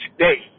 today